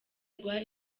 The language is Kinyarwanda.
rwa